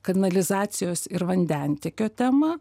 kanalizacijos ir vandentiekio temą